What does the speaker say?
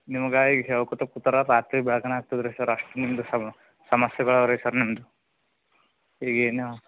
ನಿಮಗೆ ಈಗ ಹೇಳ್ಕೊಳ್ತ ಕೂತರೆ ರಾತ್ರಿ ಬೆಳ್ಗೆನೆ ಆಗ್ತದೆ ರೀ ಸರ್ ಅಷ್ಟು ನಿಮ್ಮದು ಸಮಸ್ಯೆಗಳು ಇವೆ ರೀ ಸರ್ ನಿಮ್ದು ಈಗೇನು